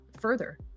further